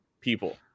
people